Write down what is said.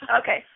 Okay